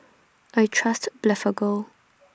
I Trust Blephagel